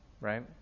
right